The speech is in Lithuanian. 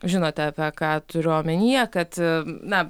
žinote apie ką turiu omenyje kad na